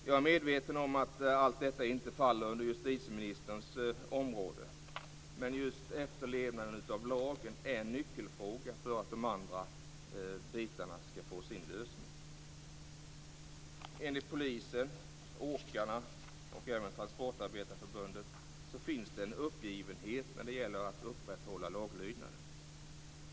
Jag är medveten om att allt detta inte faller under justitieministerns område, men just efterlevnaden av lagen är en nyckelfråga för att de andra bitarna ska få sin lösning. Enligt polisen, åkarna och även Transportarbetareförbundet finns det en uppgivenhet när det gäller att upprätthålla laglydnaden.